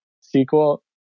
sequel